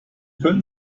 können